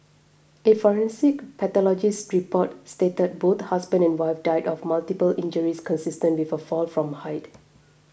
a forensic pathologist's report stated both husband and wife died of multiple injuries consistent with a fall from height